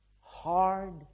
hard